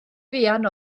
fuan